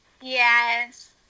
Yes